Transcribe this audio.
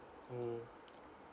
mm